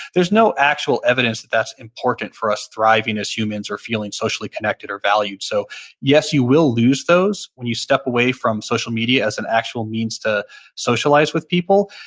there's no actual evidence that that's important for us thriving as humans or feeling socially connected or valued. so yes, you will lose those when you step away from social media as an actual means to socialize with people,